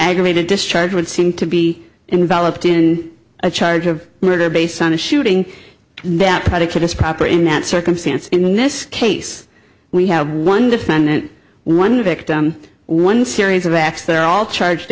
aggravated discharge would seem to be involved in a charge of murder based on a shooting that predicate is proper in that circumstance in this case we have one defendant one victim one series of acts that are all charged